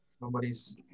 Nobody's